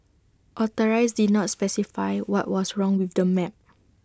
authorities did not specify what was wrong with the map